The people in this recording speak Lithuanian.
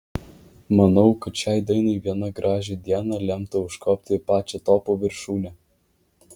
manau kad šiai dainai vieną gražią dieną lemta užkopti į pačią topų viršūnę